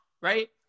Right